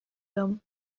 dom